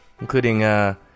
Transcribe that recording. including